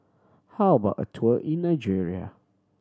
how about a tour in Nigeria